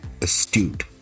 astute